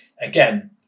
again